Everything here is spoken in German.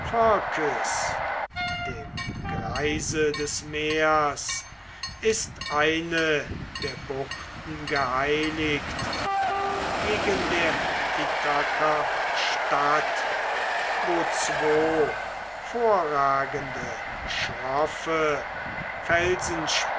dem greise des meers ist eine der buchten geheiligt gegen der ithaker stadt wo zwo vorragende schroffe